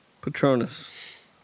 Patronus